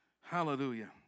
Hallelujah